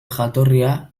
jatorria